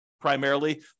primarily